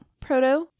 proto